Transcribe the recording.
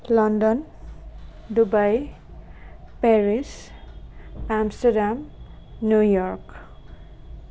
London Dubai Paris Amsterdam New York